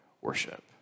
worship